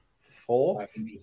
fourth